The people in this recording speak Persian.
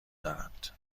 دارد